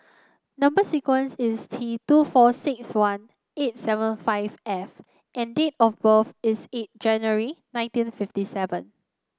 number sequence is T two four six one eight seven five F and date of birth is eight January nineteen fifty seven